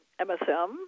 MSM